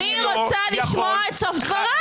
אני רוצה לשמוע את הייעוץ המשפטי.